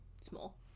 small